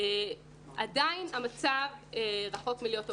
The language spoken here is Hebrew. עדיין המצב רחוק מלהיות אופטימלי.